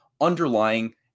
underlying